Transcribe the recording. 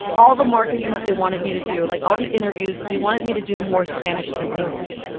all the marketing that they wanted me to do, like, all the interviews, they wanted me to do more spanish than english.